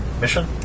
mission